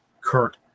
Kurt